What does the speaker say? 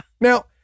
Now